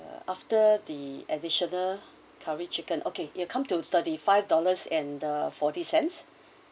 after the additional curry chicken okay it'll come to thirty five dollars and the forty cents